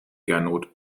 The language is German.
gernot